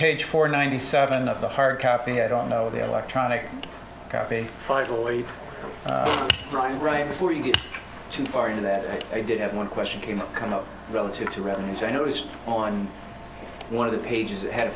page four ninety seven of the hard copy i don't know the electronic copy finally arrives right before you get too far in that i did have one question came up kind of relative to revenues i noticed on one of the pages it had a